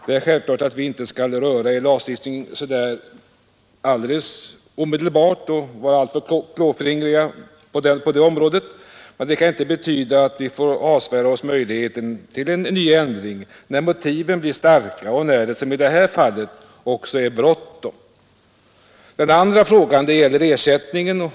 Det är självklart att vi inte skall röra vid lagstiftningen så där alldeles omedelbart och vara alltför klåfingriga på det området, men det kan inte betyda att vi får avsvära oss möjligheten till en ny ändring när motiven blir starka och när det som i detta fall också är bråttom. Den andra frågan gäller ersättningar.